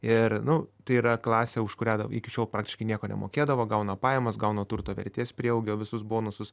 ir nu tai yra klasė už kurią iki šiol praktiškai nieko nemokėdavo gauna pajamas gauna turto vertės prieaugio visus bonusus